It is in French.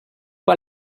pas